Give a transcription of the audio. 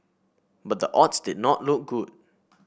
but the odds did not look good